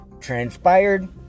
transpired